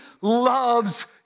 loves